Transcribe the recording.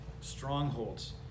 strongholds